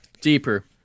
deeper